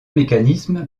mécanismes